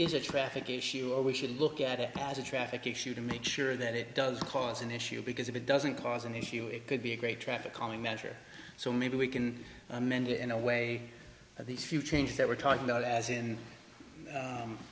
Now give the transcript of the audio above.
is a traffic issue or we should look at it as a traffic issue to make sure that it does cause an issue because if it doesn't cause an issue it could be a great traffic calming measure so maybe we can amend it in a way that these few changes that we're talking about as in